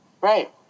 Right